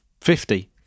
fifty